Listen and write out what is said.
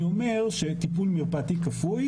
אני אומר שטיפול מרפאתי כפוי,